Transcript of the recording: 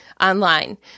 online